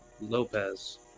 lopez